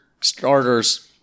starters